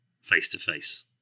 face-to-face